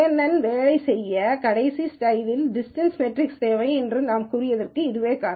என் வேலை செய்ய கடைசி ஸ்லைடில் டிஸ்டன்ஸ் மெட்ரிக் தேவை என்று நாங்கள் கூறியதற்கு இதுவே காரணம்